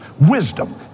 Wisdom